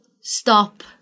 stop